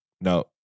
No